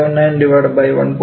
023 0